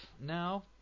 now